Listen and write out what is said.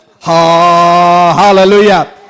Hallelujah